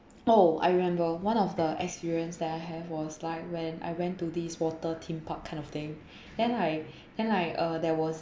oh I remember one of the experience that I have was like when I went to this water theme park kind of thing then I then I uh there was